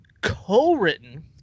co-written